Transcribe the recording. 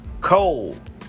cold